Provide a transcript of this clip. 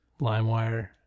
LimeWire